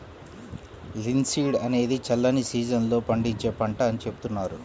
linseed అనేది చల్లని season లో పండించే పంట అని చెబుతున్నారు